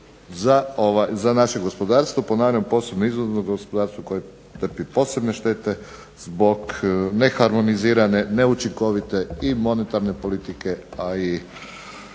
za naše gospodarstvo, ponavljam posebno izvozno gospodarstvo trpi posebne štete zbog neharmonizirane, neučinkovite i monetarne politike, a i